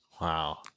Wow